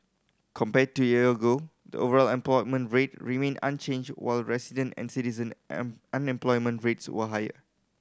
compared to a year ago the overall unemployment rate remained unchanged while resident and citizen am unemployment rates were higher